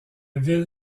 ville